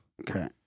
Okay